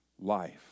life